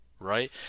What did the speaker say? Right